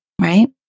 right